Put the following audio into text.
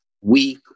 weak